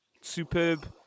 superb